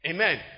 Amen